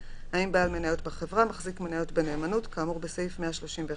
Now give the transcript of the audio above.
האם בעל מניות בחברה מחזיק מניות בנאמנות כאמור בסעיף 131 לחוק".